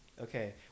Okay